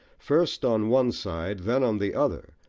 first on one side, then on the other,